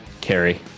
Carrie